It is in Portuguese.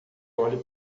olho